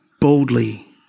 boldly